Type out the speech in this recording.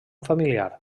familiar